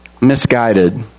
Misguided